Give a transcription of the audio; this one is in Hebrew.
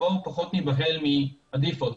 בואו פחות ניבהל מהדיפולט,